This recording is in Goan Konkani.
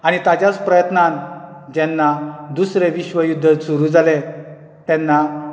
आनी ताच्याच प्रयत्नान जेन्ना दुसरें विश्व युध्द जालें तेन्ना